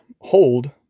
hold